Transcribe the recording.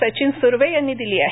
सचिन सुर्वे यांनी दिली आहे